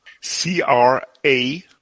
C-R-A